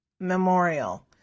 memorial